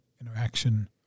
interaction